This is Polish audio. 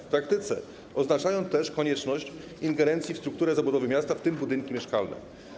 W praktyce oznaczają też konieczność ingerencji w strukturę zabudowy miasta, w tym budynki mieszkalne.